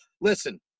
listen